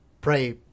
pray